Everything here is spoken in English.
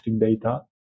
data